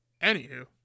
Anywho